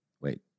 Wait